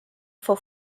for